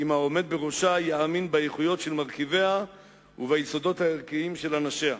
אם העומד בראשה יאמין באיכויות של מרכיביה וביסודות הערכיים של אנשיה.